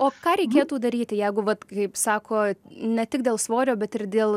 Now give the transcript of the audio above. o ką reikėtų daryti jeigu vat kaip sako ne tik dėl svorio bet ir dėl